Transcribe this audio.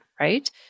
right